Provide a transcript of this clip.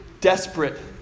desperate